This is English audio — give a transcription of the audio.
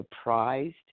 surprised